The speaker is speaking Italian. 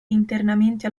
internamente